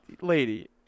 lady